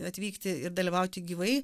atvykti ir dalyvauti gyvai